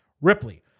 Ripley